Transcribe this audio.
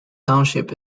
township